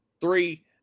three